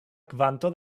kvanto